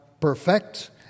perfect